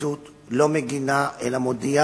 הפרקליטות לא מגינה, אלא מודיעה